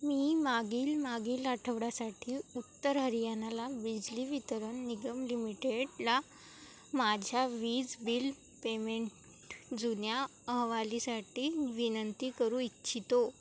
मी मागील मागील आठवड्यासाठी उत्तर हरियाणाला बिजली वितरण निगम लिमिटेडला माझ्या वीज बिल पेमेंट जुन्या अहवालासाठी विनंती करू इच्छितो